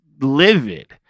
livid